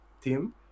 team